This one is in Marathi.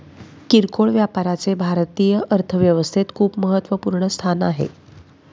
किरकोळ व्यापाराचे भारतीय अर्थव्यवस्थेत खूप महत्वपूर्ण स्थान आहे